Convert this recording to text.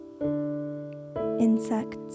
insects